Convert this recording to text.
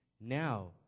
Now